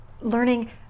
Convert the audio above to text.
learning